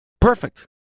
Perfect